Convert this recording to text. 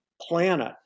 planet